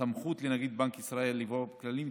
סמכות לנגיד בנק ישראל לקבוע כללים,